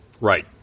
Right